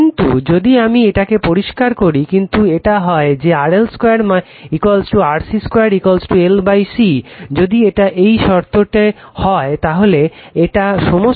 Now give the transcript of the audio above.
কিন্তু যদি আমি এটাকে পরিষ্কার করি কিন্তু এটা হয় যে RL 2 RC 2 L C যদি এটা শর্তটি হয় তাহলে এটা সমস্ত ফ্রিকুয়েন্সিতেই রেজোন্যান্স হবে